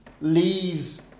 leaves